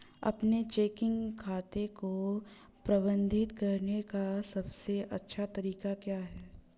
अपने चेकिंग खाते को प्रबंधित करने का सबसे अच्छा तरीका क्या है?